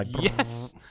Yes